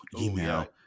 email